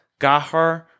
Gahar